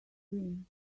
gin